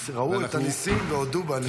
ראו את הניסים והודו בניסים.